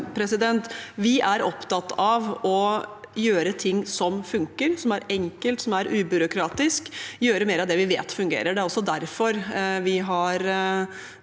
Vi er opptatt av å gjøre det som funker, som er enkelt og som er ubyråkratisk, og å gjøre mer av det vi vet fungerer. Det er også derfor vi har